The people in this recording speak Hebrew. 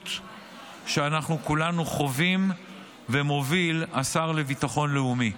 המציאות שאנחנו כולנו חווים ומוביל השר לביטחון לאומי.